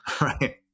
Right